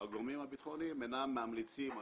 שהגורמים הביטחוניים אינם ממליצים או